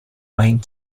main